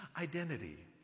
identity